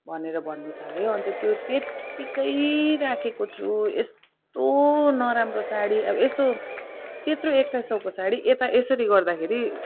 भनेर भन्नुथाल्यो अन्त त्यो त्यत्तिकै राखेको छु यस्तो नराम्रो साडी अब यस्तो त्यत्रो एक्काइस सौको साडी यता यसरी गर्दाखेरि